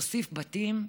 נוסיף בתים?